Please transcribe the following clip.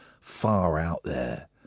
far-out-there